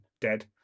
dead